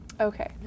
Okay